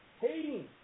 hating